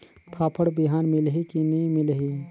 फाफण बिहान मिलही की नी मिलही?